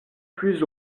plus